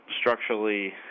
structurally